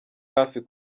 hafi